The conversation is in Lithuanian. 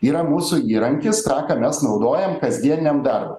yra mūsų įrankis trą ką mes naudojam kasdieniam darbui